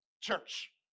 church